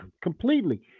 completely